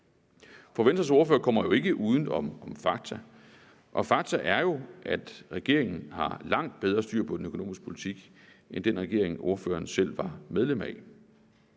for Venstres ordfører kommer ikke uden om fakta, og faktum er jo, at regeringen har langt bedre styr på den økonomiske politik end den regering, ordføreren selv var medlem af.